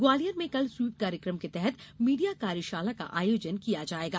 ग्वालियर में कल स्वीप कार्यक्रम के तहत मीडिया कार्यशाला का आयोजन किया जायेगा